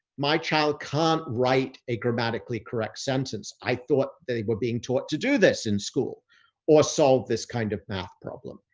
my child can't write a grammatically correct sentence. i thought that they were being taught to do this in school or solve this kind of math problem.